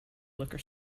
liquor